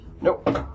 Nope